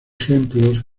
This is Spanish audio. sirven